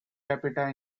capita